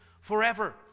forever